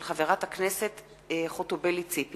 מאת חברי הכנסת דב חנין וניצן הורוביץ,